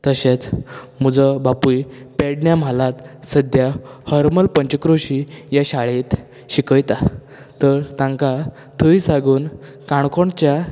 तशेंच म्हजो बापूय पेडण्यां म्हालात सद्द्या हरमल पंचक्रोशी हे शाळेंत शिकयता तर तांकां थंय साकून काणकोणच्या